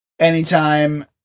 Anytime